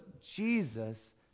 Jesus